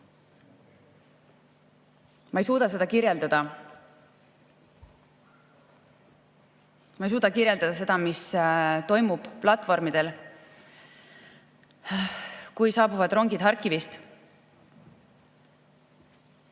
Ma ei suuda seda kirjeldada. Ma ei suuda kirjeldada seda, mis toimub platvormidel, kui saabuvad rongid Harkivist.